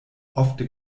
ofte